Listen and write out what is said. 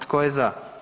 Tko je za?